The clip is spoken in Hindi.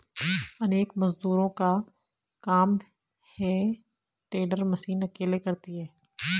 अनेक मजदूरों का काम हे टेडर मशीन अकेले करती है